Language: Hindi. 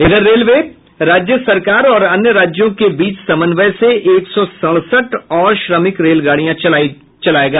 इधर रेलवे राज्य सरकार और अन्य राज्यों के बीच समन्वय से एक सौ सड़सठ और श्रमिक रेल गाडियां चलायी जायेंगी